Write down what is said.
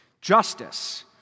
Justice